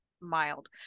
mild